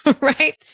right